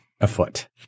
afoot